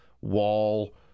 wall